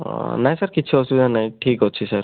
ହଁ ନାହିଁ ସାର୍ କିଛି ଅସୁବିଧା ନାହିଁ ଠିକ୍ ଅଛି ସାର୍